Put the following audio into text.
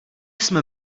jsme